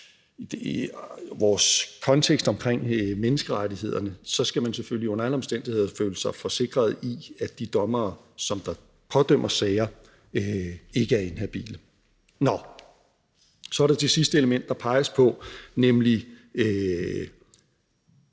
i vores kontekst omkring menneskerettighederne, skal man selvfølgelig under alle omstændigheder føle sig forsikret om, at de dommere, som pådømmer sager, ikke er inhabile. Nå, så er der det sidste element, der peges på, nemlig